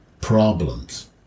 Problems